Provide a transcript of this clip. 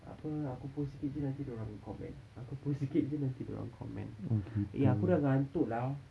apa aku post sikit jer nanti dia orang comment aku post sikit jer nanti dia orang comment eh aku dah ngantuk lah